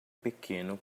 pequeno